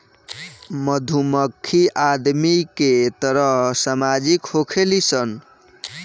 मधुमक्खी आदमी के तरह सामाजिक होखेली सन